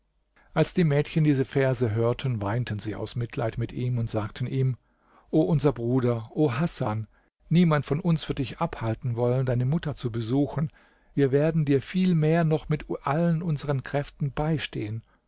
als die mädchen diese verse hörten weinten sie aus mitleid mit ihm und sagten ihm o unser bruder o hasan niemand von uns wird dich abhalten wollen deine mutter zu besuchen wir werden dir vielmehr noch mit allen unsern kräften beistehen